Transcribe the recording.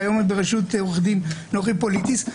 שהיום היא בראשות עו"ד נוחי פוליטיס,